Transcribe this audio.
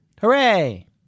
Hooray